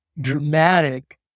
dramatic